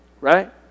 Right